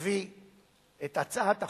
תביא את הצעת החוק,